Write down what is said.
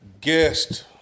Guest